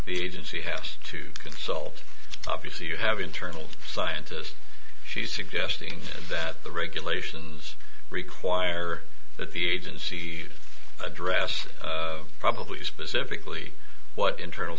the agency has to consult obviously you have internal scientist she's suggesting that the regulations require that the agency address probably specifically what internal